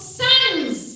sons